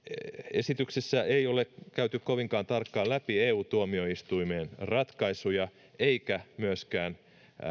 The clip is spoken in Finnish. esityksessä ei ole käyty kovinkaan tarkkaan läpi eu tuomioistuimen ratkaisuja eikä myöskään